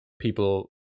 people